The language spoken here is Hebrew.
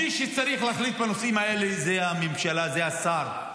מי שצריך להחליט בנושאים האלה זו הממשלה, זה השר.